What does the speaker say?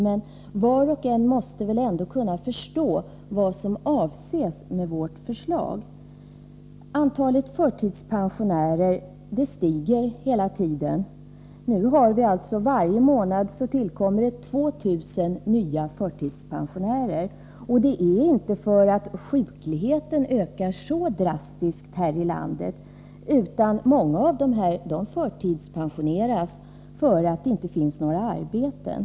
Men var och en måste väl ändå kunna förstå vad som avses med vårt förslag. Antalet förtidspensionärer stiger hela tiden. Varje månad tillkommer 2 000 nya förtidspensionärer. Det beror inte på att sjukligheten drastiskt ökar här i landet, utan många av dessa människor förtidspensioneras därför att det inte finns några arbeten.